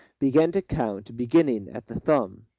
began to count, beginning at the thumb.